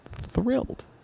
thrilled